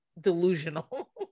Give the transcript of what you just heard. Delusional